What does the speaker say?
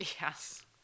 Yes